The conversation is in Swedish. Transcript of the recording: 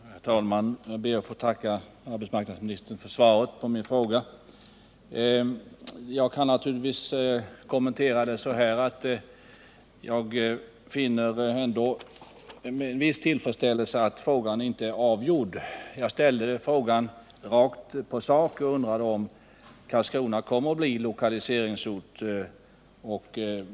Herr talman! Jag ber att få tacka arbetsmarknadsministern för svaret på min fråga. Jag ställde frågan rakt på sak och undrade om Karlskrona kommer att bli lokaliseringsort.